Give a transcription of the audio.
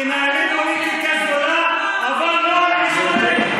תנהלו פוליטיקה זולה אבל לא על חשבוננו.